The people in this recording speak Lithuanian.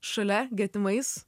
šalia getimais